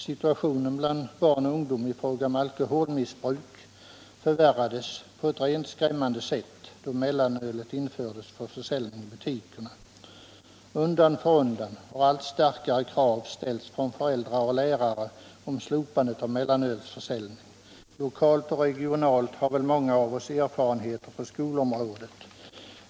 Situationen bland barn och ungdom i fråga om alkoholmissbruk förvärrades på ett rent skrämmande sätt då mellanölet infördes för försäljning i butikerna. Undan för undan har allt starkare krav ställts av föräldrar och lärare på slopande av mellanölsförsäljningen. Lokalt och regionalt har väl många av oss erfarenheter från skolområdet.